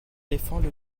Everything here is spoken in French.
défendre